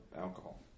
alcohol